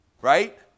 Right